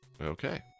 Okay